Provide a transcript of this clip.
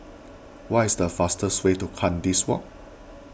what is the fastest way to Kandis Walk